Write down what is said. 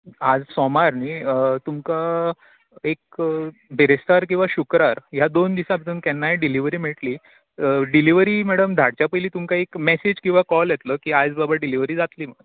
आज सोमार न्हय तुमकां एक बिरेस्तार किंवा शुक्रार ह्या दोन दिसां भितन केन्नाय डिलीवरी मेळटली डिलीवरी मॅडम धाडच्या पयली तुमकां एक मॅसेज किंवा काॅल येतलो की आयज बाबा डिलीवरी जातली म्हणून